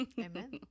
Amen